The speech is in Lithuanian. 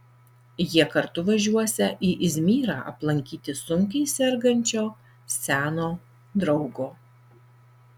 jie kartu važiuosią į izmyrą aplankyti sunkiai sergančio seno draugo